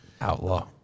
Outlaw